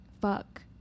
fuck